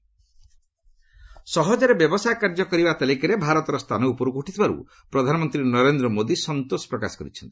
PM WB ସହଜରେ ବ୍ୟବସାୟ କାର୍ଯ୍ୟ କରିବା ତାଲିକାରେ ଭାରତର ସ୍ଥାନ ଉପରକୁ ଉଠିଥିବାରୁ ପ୍ରଧାନମନ୍ତ୍ରୀ ନରେନ୍ଦ୍ର ମୋଦି ସନ୍ତୋଷ ପ୍ରକାଶ କରିଛନ୍ତି